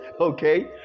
okay